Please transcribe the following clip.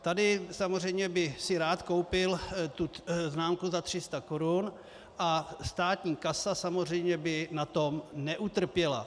Tady samozřejmě by si rád koupil známku za 300 korun a státní kasa samozřejmě by na tom neutrpěla.